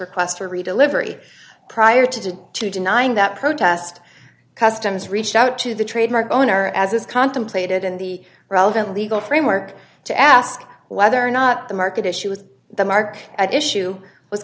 request for redelivery prior to two denying that protest customs reached out to the trademark owner as is contemplated in the relevant legal framework to ask whether or not the market issue with the mark at issue w